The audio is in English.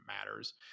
matters